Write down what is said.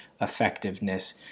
effectiveness